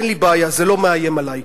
אין לי בעיה, זה לא מאיים עלי.